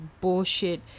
bullshit